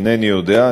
אינני יודע,